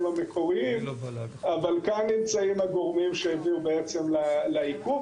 המקוריים אבל כאן נמצאים הגורמים שהביאו לעיכוב.